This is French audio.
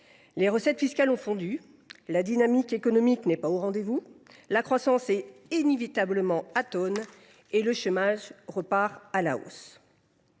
les recettes fiscales ont fondu, la dynamique économique n’est pas au rendez vous, la croissance est inévitablement atone et le chômage repart à la hausse.